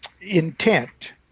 intent